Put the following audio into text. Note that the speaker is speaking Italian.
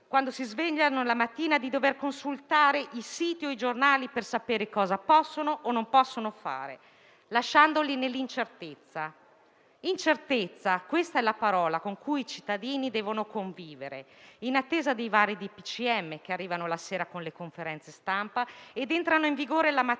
quando si svegliano la mattina, nella condizione di dover consultare i siti Internet o i giornali per sapere cosa possono o non possono fare e lasciandoli nell'incertezza. Incertezza: questa è la parola con cui i cittadini devono convivere in attesa dei vari DPCM, che arrivano la sera con le conferenze stampa ed entrano in vigore la mattina.